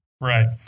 Right